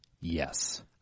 Yes